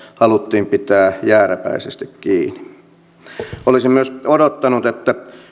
haluttiin pitää jääräpäisesti kiinni olisin myös odottanut että